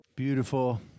beautiful